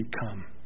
become